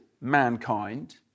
mankind